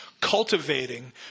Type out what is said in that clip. cultivating